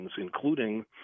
including